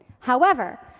however,